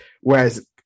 Whereas